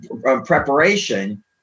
preparation